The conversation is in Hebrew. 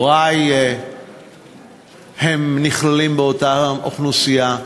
הורי נכללים באותה אוכלוסייה,